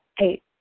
Eight